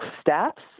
steps